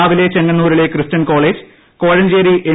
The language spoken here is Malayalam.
രാവിലെ ചെങ്ങന്നൂരിലെ ക്രിസ്ത്യൻ കോളേജ് കോഴഞ്ചേരി എം